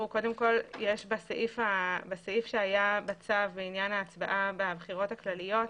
בסעיף שהיה בצו לעניין ההצבעה בבחירות הכלליות,